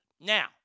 Now